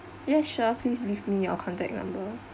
ya sure please leave me your contact number